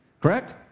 correct